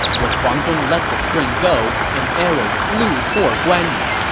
when huang zhong let the string go, an arrow flew toward guan yu.